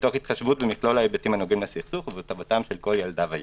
מתוך התחשבות במכלול ההיבטים הנוגעים לסכסוך ובטובתם של כל ילדה וילד"